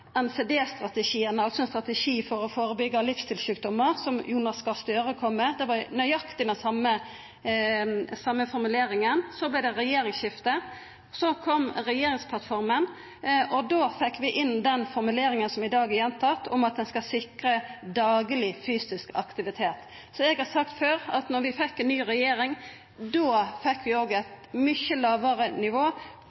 i NCD-strategien, altså ein strategi for å førebyggja livsstilssjukdomar, som Jonas Gahr Støre kom med, det var nøyaktig den same formuleringa. Så vart det regjeringsskifte. Så kom regjeringsplattforma, og då fekk vi inn den formuleringa som i dag er gjentatt, om at ein skal sikra dagleg fysisk aktivitet. Eg har sagt før at då vi fekk ei ny regjering, fekk vi òg eit mykje lågare nivå og